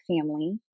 family